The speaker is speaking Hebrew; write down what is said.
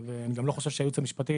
אני גם לא חושב שהייעוץ המשפטי